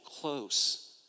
close